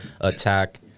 attack